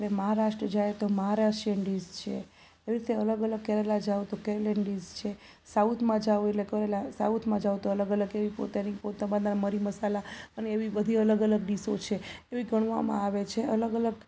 આપણે મહારાષ્ટ્ર જાય તો મહારાષ્ટ્રીયન ડીશ છે એવી રીતે અલગ અલગ કેરેલા જાઓ તો કેરેલિયન ડીશ છે સાઉથમાં જાવ એટલે કેરેલા સાઉથમાં જાવ તો અલગ અલગ એવી પોતાની પોતા મરી મસાલા અને એવી બધી અલગ અલગ ડીશો છે એવી ગણવામાં આવે છે અલગ અલગ